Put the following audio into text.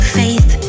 faith